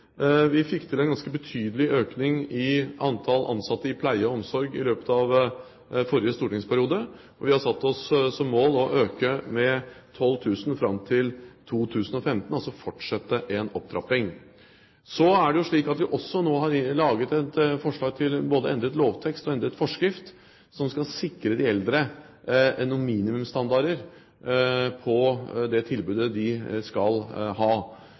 Vi fryktet en ganske betydelig økning i antall ansatte i pleie og omsorg i løpet av forrige stortingsperiode, og vi har satt oss som mål å øke med 12 000 fram til 2015 – altså fortsette en opptrapping. Så er det også slik at vi nå har laget et forslag til både endret lovtekst og endret forskrift, som skal sikre de eldre noen minimumsstandarder i det tilbudet de skal ha.